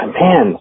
man